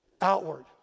Outward